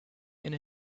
and